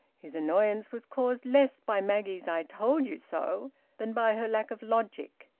his annoyance was caused less by maggie's i told you so than by her lack of logic.